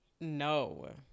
No